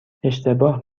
اشتباه